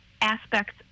aspects